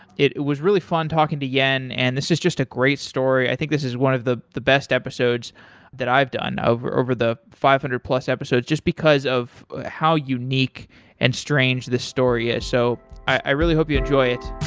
it was really fun talking to yen and this is just a great story. i think this is one of the the episodes that i've done over over the five hundred plus episodes just because of how you unique and strange this story is. so i really hope you enjoy it.